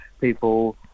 people